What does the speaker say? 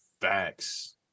Facts